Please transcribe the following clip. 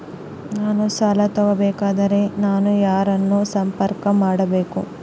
ನಾನು ಸಾಲ ತಗೋಬೇಕಾದರೆ ನಾನು ಯಾರನ್ನು ಸಂಪರ್ಕ ಮಾಡಬೇಕು?